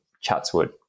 Chatswood